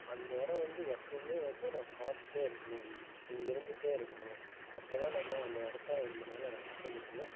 அந்த இடம் வந்து எப்போவுமே வந்து நான் பார்த்துட்டே இருக்கணும் அங்கே இருந்துகிட்டே இருக்கணும் அப்போ தான் நம்ம அந்த இடத்த நம்மளால ரசிக்க முடியும்